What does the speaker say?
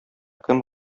кем